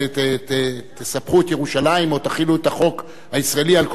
תספחו את ירושלים או תחילו את החוק הישראלי על כל ירושלים?